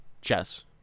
chess